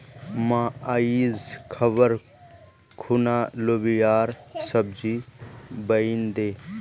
मां, आइज खबार खूना लोबियार सब्जी बनइ दे